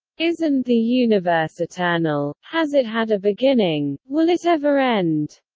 isn't the universe eternal, has it had a beginning, will it ever end?